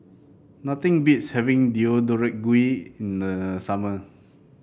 nothing beats having Deodeok Gui in the summer